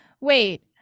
wait